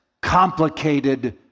complicated